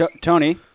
tony